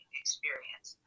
experience